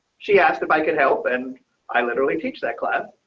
she asked if i could help and i literally teach that class.